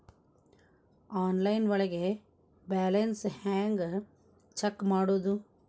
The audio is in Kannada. ಆನ್ಲೈನ್ ಒಳಗೆ ಬ್ಯಾಲೆನ್ಸ್ ಹ್ಯಾಂಗ ಚೆಕ್ ಮಾಡೋದು?